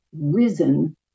risen